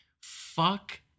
Fuck